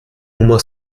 nummer